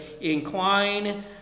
incline